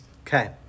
Okay